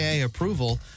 approval